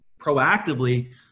proactively